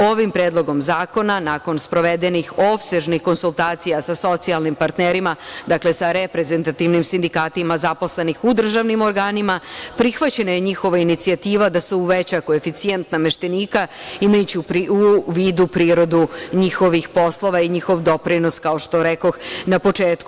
Ovim predlogom zakona, nakon sprovedenih opsežnih konsultacija sa socijalnim partnerima, dakle sa reprezentativnim sindikatima zaposlenih u državnim organima, prihvaćena je njihova inicijativa da se uveća koeficijent nameštenika imajući u vidu prirodu njihovih poslova i njihov doprinos, kao što rekoh na početku.